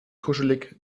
kuschelig